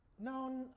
No